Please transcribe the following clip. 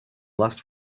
last